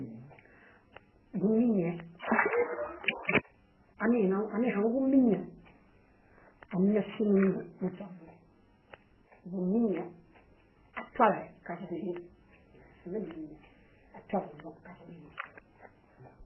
Bumiñe, amihaŋubumiñe, ámiñaŝimunimo muźomi. Bumiñe atuale kazunimi. Aminimiñe atuale ómuo kazunimi.